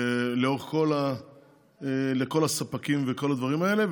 לכל הספקים ולכל הדברים האלה.